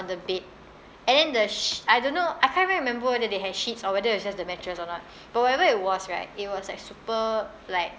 the bed and then the sh~ I don't know I can't even remember whether they had sheets or whether it was just the mattress or not but whatever it was right it was like super like